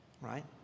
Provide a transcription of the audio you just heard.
right